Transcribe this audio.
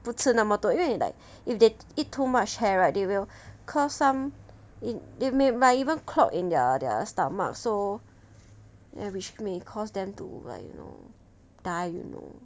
不吃那么多因为 like if they eat too much hair right they will cause some they may might even clog in their stomach so ya which may cause them to like you know die you know